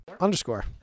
underscore